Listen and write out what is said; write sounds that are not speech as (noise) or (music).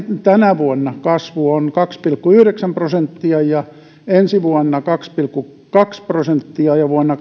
tänä vuonna kasvu on kaksi pilkku yhdeksän prosenttia ja ensi vuonna kaksi pilkku kaksi prosenttia ja vuonna (unintelligible)